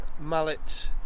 mallet